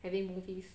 having movies